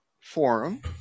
forum